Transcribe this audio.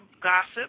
gossip